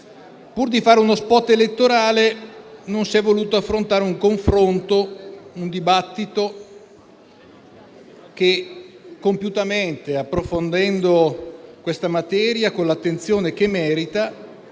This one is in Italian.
pur di fare uno *spot* elettorale, non si è voluto affrontare un confronto e un dibattito che compiutamente, approfondendo la materia con l'attenzione che merita,